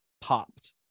popped